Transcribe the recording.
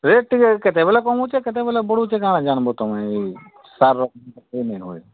rate ଟିକେ କେତେବେଳେ କମୁଛେ ତ କେତେବେଳେ ବଢ଼ୁଛେ କାଣ ଜାନିବ ତୁମେ ଏଇ ସାର